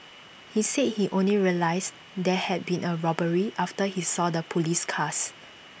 he said he only realised there had been A robbery after he saw the Police cars